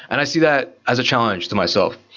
and i see that as a challenge to myself.